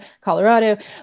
Colorado